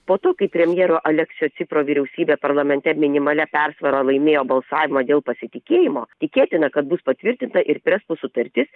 po to kai premjero aleksio cipro vyriausybė parlamente minimalia persvara laimėjo balsavimą dėl pasitikėjimo tikėtina kad bus patvirtinta ir prespo sutartis